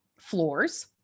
floors